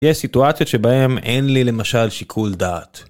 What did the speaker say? יש סיטואציות שבהן אין לי למשל שיקול דעת.